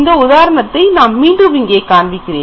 இந்த உதாரணத்தை மீண்டும் நான் இங்கே காண்பிக்கிறேன்